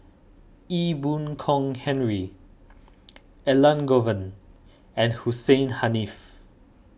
Ee Boon Kong Henry Elangovan and Hussein Haniff